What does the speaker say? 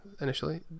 initially